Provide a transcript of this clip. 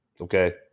Okay